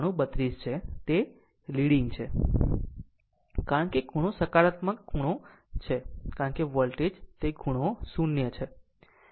9232 છે તે લીડીગ છે કારણ કે ખૂણો હકારાત્મક કરંટ ખૂણો સકારાત્મક છે કારણ કે વોલ્ટેજ તે ખૂણો 0 છે